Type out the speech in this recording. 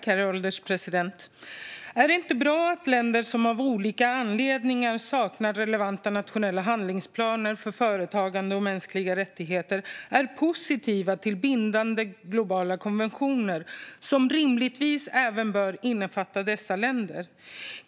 Herr ålderspresident! Är det inte bra att länder som av olika anledningar saknar relevanta nationella handlingsplaner för företagande och mänskliga rättigheter är positiva till bindande globala konventioner som rimligtvis även bör innefatta dessa länder?